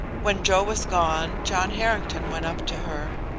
when joe was gone, john harrington went up to her.